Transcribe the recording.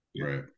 Right